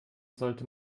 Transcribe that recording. sollte